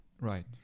Right